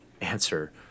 answer